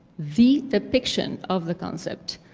the depiction of the concept,